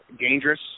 dangerous